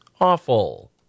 awful